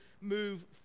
move